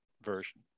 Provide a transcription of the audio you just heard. version